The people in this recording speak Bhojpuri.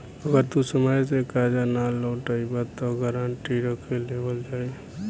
अगर तू समय से कर्जा ना लौटइबऽ त गारंटी रख लेवल जाई